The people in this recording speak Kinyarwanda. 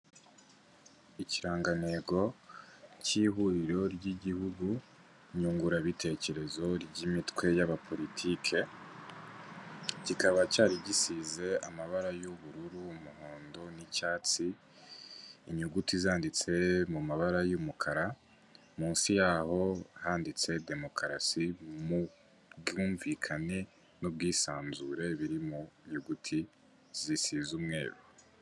Ikirangantego cy'ihuriro ry'igihugu nyunguranabitekerezo ry'imitwe ya politiki, kikaba cyari gisize amabara y'ubururu, umuhondo, n'icyatsi, inyuguti zanditse mu mabara y'umukara, munsi yaho handitse demokarasi mu bwumvikane n'ubwisanzure biri mu inyuguti zisize umweru.